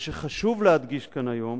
מה שחשוב להדגיש כאן היום